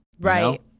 Right